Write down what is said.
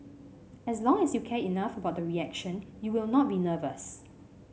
as long as you care enough about the reaction you will not be nervous